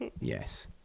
yes